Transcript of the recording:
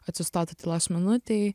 atsistotų tylos minutei